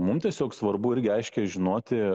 mum tiesiog svarbu irgi aiškiai žinoti